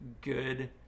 good